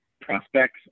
prospects